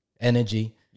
energy